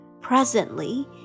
Presently